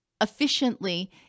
efficiently